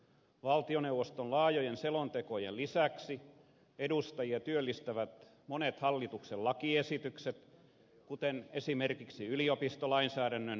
valtioneuvoston laajojen selontekojen lisäksi edustajia työllistävät monet hallituksen lakiesitykset kuten esimerkiksi yliopistolainsäädännön uudistaminen